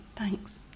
Thanks